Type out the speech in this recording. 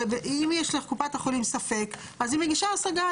הרי אם יש לקופת החולים ספק, אז היא מגישה השגה.